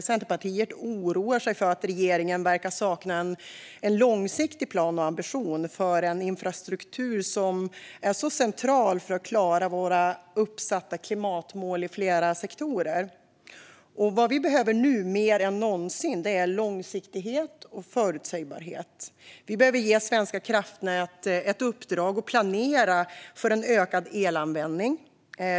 Centerpartiet oroar sig för att regeringen verkar sakna en långsiktig plan och ambition för den infrastruktur som är så central för att klara våra uppsatta klimatmål i flera sektorer. Vad vi behöver nu mer än någonsin är långsiktighet och förutsägbarhet. Vi behöver ge Svenska kraftnät i uppdrag att planera för en ökad elanvändning.